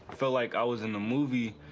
felt like i was in the movie,